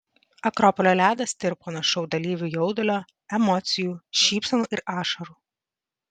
akropolio ledas tirpo nuo šou dalyvių jaudulio emocijų šypsenų ir ašarų